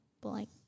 blank